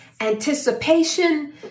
anticipation